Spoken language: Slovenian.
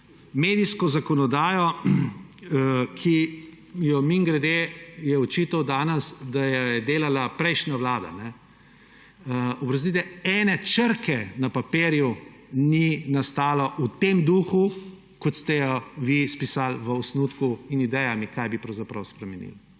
medijsko zakonodajo. Mimogrede ji je očital danes, da jo je delala prejšnja vlada. Oprostite, ene črke na papirju ni nastalo v tem duhu, kot ste jo vi izpisali v osnutku in idejami, kaj bi pravzaprav spremenili.